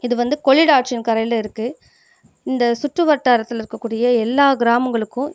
இது வந்து கொள்ளிட ஆற்றின் கரையில் இருக்கு இந்தச் சுற்று வட்டாரத்தில் இருக்கக்கூடிய எல்லா கிராமங்களுக்கும்